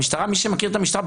מי שמכיר את המשטרה,